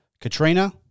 Katrina